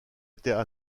étaient